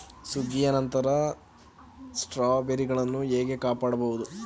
ಸುಗ್ಗಿಯ ನಂತರ ಸ್ಟ್ರಾಬೆರಿಗಳನ್ನು ಹೇಗೆ ಕಾಪಾಡ ಬಹುದು?